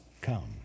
come